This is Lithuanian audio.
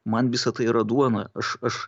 man visa tai yra duona aš aš